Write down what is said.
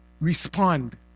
respond